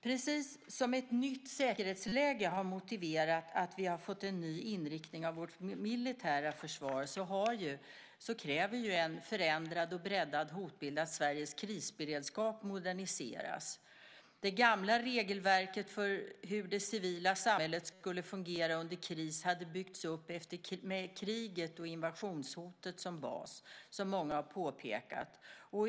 Precis som ett nytt säkerhetsläge har motiverat att vi har fått en ny inriktning av vårt militära försvar kräver en förändrad och breddad hotbild att Sveriges krisberedskap moderniseras. Det gamla regelverket för hur det civila samhället skulle fungera under kris hade byggts upp med kriget och invasionshotet som bas, som många har påpekat.